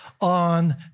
on